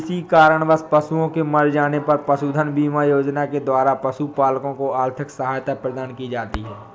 किसी कारणवश पशुओं के मर जाने पर पशुधन बीमा योजना के द्वारा पशुपालकों को आर्थिक सहायता प्रदान की जाती है